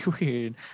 weird